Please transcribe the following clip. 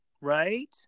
right